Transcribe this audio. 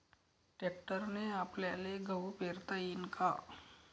ट्रॅक्टरने आपल्याले गहू पेरता येईन का?